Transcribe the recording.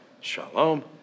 Shalom